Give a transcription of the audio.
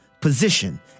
position